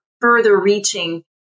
further-reaching